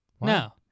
No